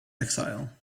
exile